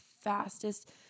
fastest